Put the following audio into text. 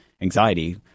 anxiety